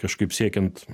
kažkaip siekiant